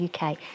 UK